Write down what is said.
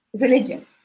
religion